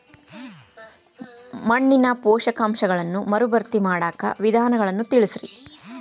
ಮಣ್ಣಿನ ಪೋಷಕಾಂಶಗಳನ್ನ ಮರುಭರ್ತಿ ಮಾಡಾಕ ವಿಧಾನಗಳನ್ನ ತಿಳಸ್ರಿ